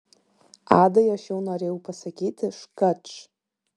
adai aš jau norėjau pasakyti škač